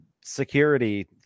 security